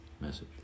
message